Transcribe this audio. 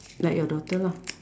like your daughter lah